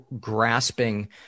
grasping